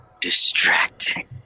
distracting